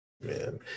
man